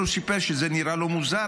אבל הוא סיפר שזה נראה לו מוזר,